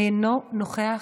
אינו נוכח.